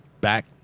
back